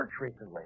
recently